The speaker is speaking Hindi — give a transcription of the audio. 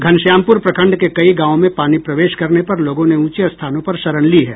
घनश्यामपूर प्रखंड के कई गाँवों मे पानी प्रवेश करने पर लोगों ने ऊंचे स्थानों पर शरण ली है